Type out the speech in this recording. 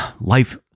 life